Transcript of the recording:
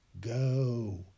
go